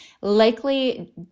likely